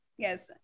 Yes